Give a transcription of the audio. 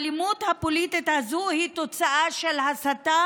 האלימות הפוליטית הזאת היא תוצאה של הסתה